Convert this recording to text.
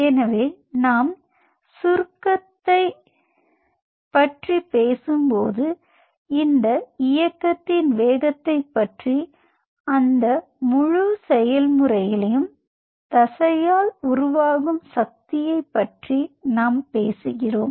எனவே நாம் சுருக்கத்தைப் பற்றி பேசும்போது இந்த இயக்கத்தின் வேகத்தைப் பற்றி அந்த முழு செயல்முறையிலும் தசையால் உருவாகும் சக்தியைப் பற்றி நாம் பேசுகிறோம்